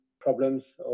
problems